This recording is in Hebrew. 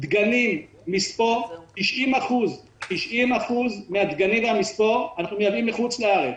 דגנים ומספוא 90% מן הדגנים והמספוא אנחנו מייבאים מחוץ לארץ,